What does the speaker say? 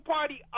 Party